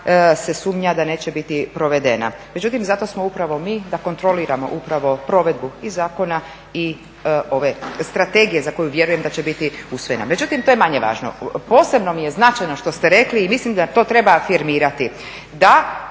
se sumnja da neće biti provedena. Međutim, zato smo upravo mi da kontroliramo upravo provedbu i zakona i ove strategije za koju vjerujem da će biti usvojena. Međutim, to je manje važno. Posebno mi je značajno što ste rekli i mislim da to treba afirmirati,